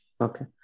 Okay